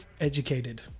educated